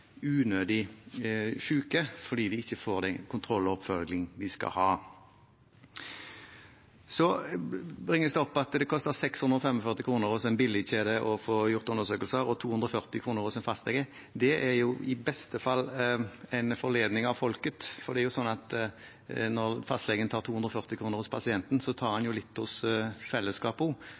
unødig syke fordi de ikke får den kontrollen og oppfølgingen de skal ha. Så bringes det opp at det koster 645 kr hos en billigkjede å få gjort undersøkelser og 240 kr hos en fastlege. Det er i beste fall å forlede folket. Det er sånn at når fastlegen tar 240 kr fra pasienten, tar han også litt